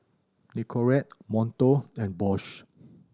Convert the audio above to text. Nicorette Monto and Bose